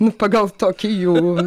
nu pagal tokį jų